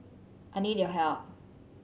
I need your help